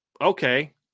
okay